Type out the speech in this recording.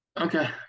okay